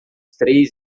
três